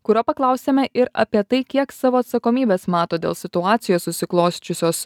kurio paklausėme ir apie tai kiek savo atsakomybės mato dėl situacijos susiklosčiusios